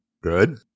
Good